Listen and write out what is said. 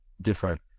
different